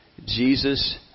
Jesus